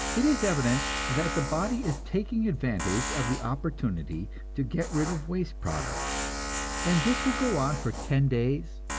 it is evident that the body is taking advantage of the opportunity to get rid of waste products and this will go on for ten days,